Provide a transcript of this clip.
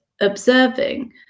observing